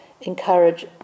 encourage